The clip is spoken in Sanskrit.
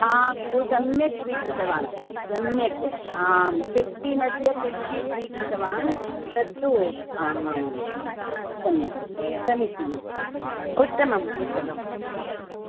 हा बहु सम्यक् स्वीकृतवान् सम्यक् आं फ़िफ़्टि मध्ये फ़िफ़्टि स्वीकृतवान् तत्तु आं समी समीचीनम् उत्तमम् उत्तमम्